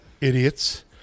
Idiots